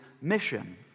mission